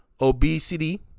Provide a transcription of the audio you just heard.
Obesity